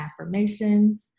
affirmations